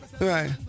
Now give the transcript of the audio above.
Right